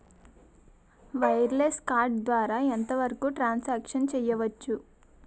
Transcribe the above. Wireless card ద్వారా ఎంత వరకు ట్రాన్ సాంక్షన్ చేయవచ్చు?